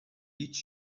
هیچ